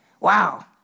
Wow